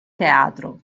teatro